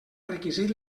requisit